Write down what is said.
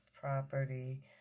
property